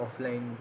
offline